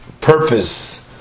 purpose